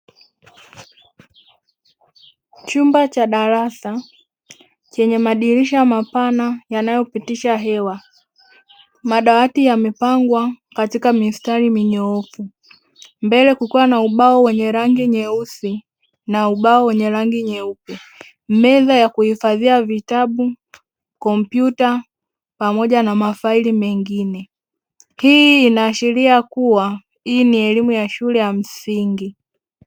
Chumba cha darasa chenye madirisha mapana yanayopitisha hewa, madawati yamepangwa katika mistari minyoofu. Mbele kukiwa na ubao wenye rangi nyeusi na ubao wenye rangi nyeupe, meza ya kuhifadhia vitabu, kompyuta pamoja na mafaili mengine. Hii inaashiria kuwa hii ni elimu ya shule ya msingi.